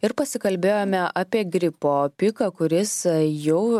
ir pasikalbėjome apie gripo piką kuris jau